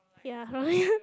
ya